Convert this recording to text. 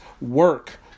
work